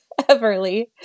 Everly